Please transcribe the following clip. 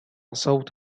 صوت